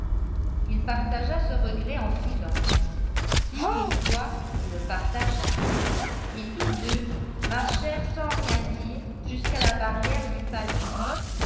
il partagea ce regret en silence si toutefois il le partagea et tous deux marchèrent sans rien dire jusqu'à la barrière du palais